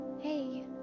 Hey